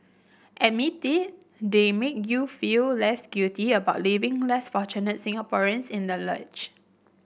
admit it they make you feel less guilty about leaving less fortunate Singaporeans in the lurch